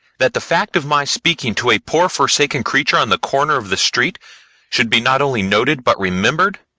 that the fact of my speaking to a poor forsaken creature on the corner of the street should be not only noted but remembered?